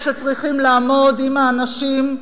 שצריכים לעמוד עם האנשים,